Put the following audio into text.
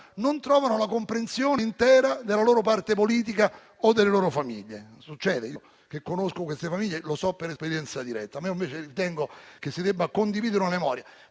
non trovano la comprensione intera della loro parte politica o delle loro famiglie. Succede. Io, che conosco queste famiglie, lo so per esperienza diretta. Io ritengo invece che si debba condividere la memoria.